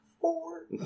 four